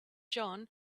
john